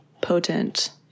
potent